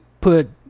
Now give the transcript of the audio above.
put